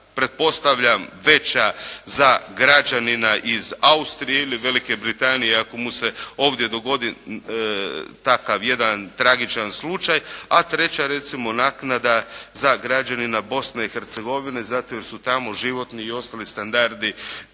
pretpostavljam veća za građanina iz Austrije ili Velike Britanije. I ako mu se ovdje dogodi takav jedan tragičan slučaj, a treća recimo naknada za građanina Bosne i Hercegovine zato jer su tamo životni i ostali standardi